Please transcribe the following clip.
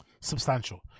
substantial